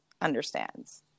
understands